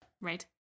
Right